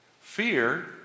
Fear